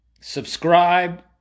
subscribe